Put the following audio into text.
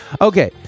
Okay